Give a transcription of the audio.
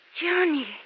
Johnny